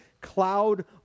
cloud